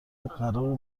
قرار